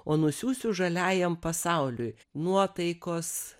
o nusiųsiu žaliajam pasauliui nuotaikos